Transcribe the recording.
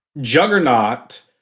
juggernaut